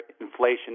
inflation